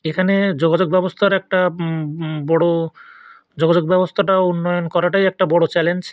এখানে যোগাযোগ ব্যবস্থার একটা বড় যোগাযোগ ব্যবস্থাটা উন্নয়ন করাটাই একটা বড় চ্যালেঞ্জ